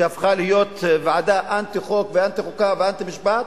שהפכה להיות ועדה אנטי-חוק ואנטי-חוקה ואנטי-משפט,